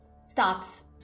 stops